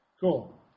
Cool